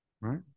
right